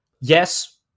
Yes